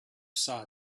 saw